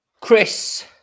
Chris